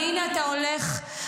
והינה, אתה הולך,